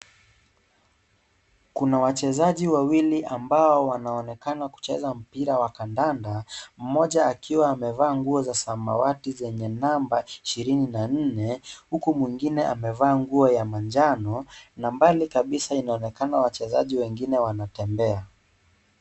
Kuna wachezaji wawili ambao wanaonekana kucheza mpira wa kandanda. Mmoja akiwa amevaa ya nguo za samawati yenye namba 24 huku mwingine amevaa nguo ya manjano na mbali kabisa kunaonekana wachezaji wengine wanatembea.